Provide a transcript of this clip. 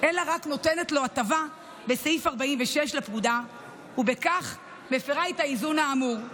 אלא רק נותנת לו הטבה בסעיף 46 לפקודה ובכך מפירה את האיזון האמור.